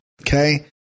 Okay